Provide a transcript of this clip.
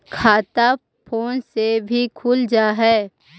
खाता फोन से भी खुल जाहै?